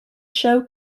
show